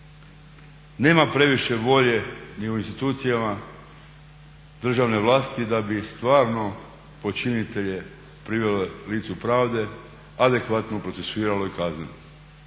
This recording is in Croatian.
nema previše volje u institucijama državne vlasti da bi stvarno počinitelje privele k licu pravde, adekvatno procesuirale i kaznile.